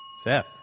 Seth